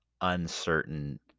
uncertain